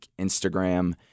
Instagram